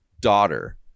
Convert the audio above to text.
daughter